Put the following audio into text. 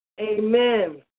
amen